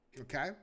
okay